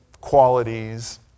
qualities